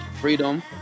Freedom